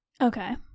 okay